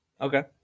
Okay